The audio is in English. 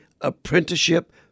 Apprenticeship